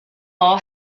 law